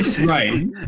right